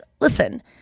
listen